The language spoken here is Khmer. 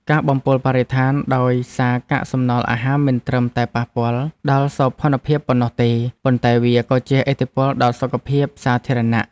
ការបំពុលបរិស្ថានដោយសារកាកសំណល់អាហារមិនត្រឹមតែប៉ះពាល់ដល់សោភ័ណភាពប៉ុណ្ណោះទេ ប៉ុន្តែវាក៏ជះឥទ្ធិពលដល់សុខភាពសាធារណៈ។